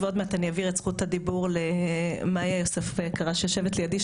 ועוד מעט אני אעביר את זכות הדיבור למאיה יוספוב היקרה שיושבת לידי,